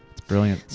it's brilliant.